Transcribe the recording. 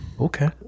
okay